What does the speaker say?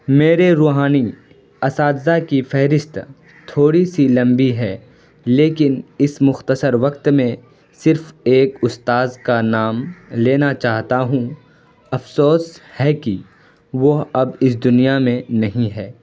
میرے روحانی اساتذہ کی فہرست تھوڑی سی لمبی ہے لیکن اس مختصر وقت میں صرف ایک استاذ کا نام لینا چاہتا ہوں افسوس ہے کہ وہ اب اس دنیا میں نہیں ہے